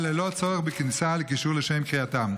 ללא צורך בכניסה לקישור לשם קריאתם.